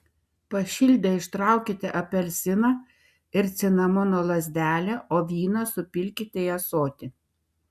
pašildę ištraukite apelsiną ir cinamono lazdelę o vyną supilkite į ąsotį